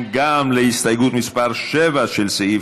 ההסתייגות של קבוצת סיעת